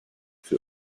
für